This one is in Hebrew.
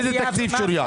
איזה תקציב שוריין?